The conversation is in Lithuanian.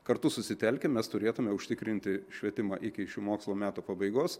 kartu susitelkę mes turėtume užtikrinti švietimą iki šių mokslo metų pabaigos